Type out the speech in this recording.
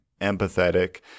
empathetic